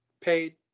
paid